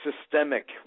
systemic